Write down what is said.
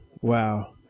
wow